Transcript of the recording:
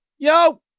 yo